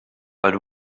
but